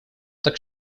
так